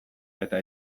eta